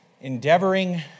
endeavoring